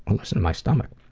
um listen to my stomach!